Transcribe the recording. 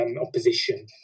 opposition